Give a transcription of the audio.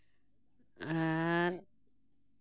ᱟᱨ